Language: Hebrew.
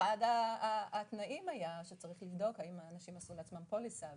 אחד התנאים היה שצריך לבדוק האם האנשים עשו לעצמם פוליסה,